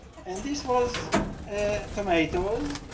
and this was tomatoes.